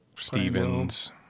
Stevens